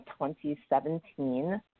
2017